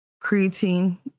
creatine